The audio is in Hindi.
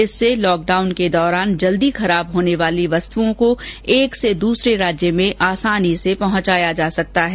इससे लॉकडाउन के दौरान जल्दी खराब होने वाली वस्तुओं को एक से दूसरे राज्य में आसानी से पहुंचाया जा सकता है